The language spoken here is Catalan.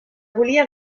volia